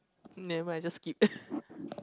nevermind just skip